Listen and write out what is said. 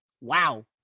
Wow